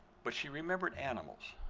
but she remembered animals,